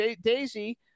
daisy